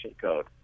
code